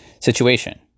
situation